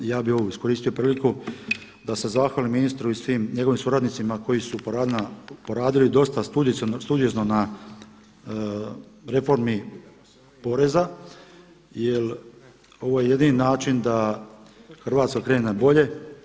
Ja bih ovu iskoristio priliku da se zahvalim ministru i svim njegovim suradnicima koji su poradili dosta studiozno na reformi poreza, jer ovo je jedini način da Hrvatska krene na bolje.